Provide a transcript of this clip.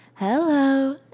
Hello